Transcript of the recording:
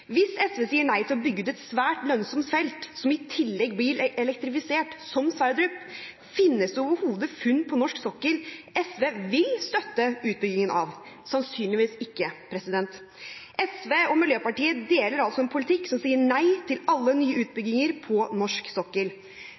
Hvis SV sier nei til å bygge ut et svært lønnsomt felt som i tillegg blir elektrifisert, som Sverdrup, finnes det overhodet funn på norsk sokkel SV vil støtte utbyggingen av? Sannsynligvis ikke. SV og Miljøpartiet De Grønne deler altså en politikk som sier nei til alle nye utbygginger på norsk sokkel.